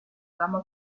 cama